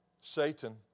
Satan